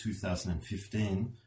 2015